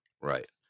right